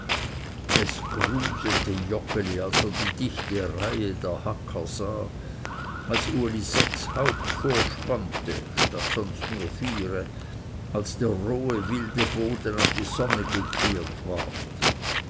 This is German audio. es grusete joggeli als er die dichte reihe der hacker sah als uli sechs haupt vorspannte statt sonst nur viere als der rohe wilde boden an die sonne gekehrt ward